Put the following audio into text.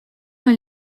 dans